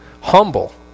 humble